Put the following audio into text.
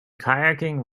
kayaking